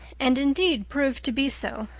and indeed, proved to be so,